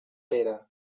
pere